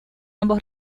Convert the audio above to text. ambos